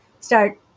start